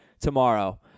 tomorrow